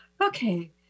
okay